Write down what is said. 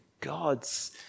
God's